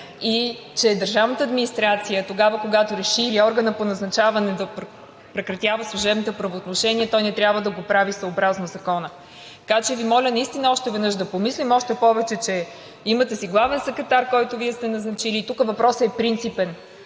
и че държавната администрация тогава, когато реши, или органът по назначаване да прекратява служебните правоотношения, той не трябва да го прави съобразно закона. Така че Ви моля наистина още веднъж да помислим. Още повече че си имате главен секретар, който Вие сте назначили. Тук въпросът е принципен.